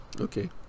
okay